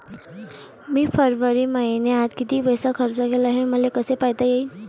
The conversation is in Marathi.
मी फरवरी मईन्यात कितीक पैसा खर्च केला, हे मले कसे पायता येईल?